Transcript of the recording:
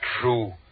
true